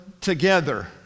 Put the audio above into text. together